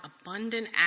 abundant